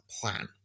plan